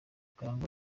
karangwa